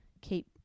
keep